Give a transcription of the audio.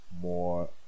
more